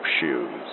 shoes